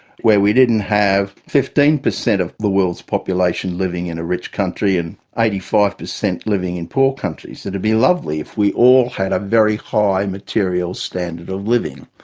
where we didn't have fifteen per cent of the world's population living in a rich country and eighty five per cent living in poor countries. it would be lovely if we all had a very high material standard of living.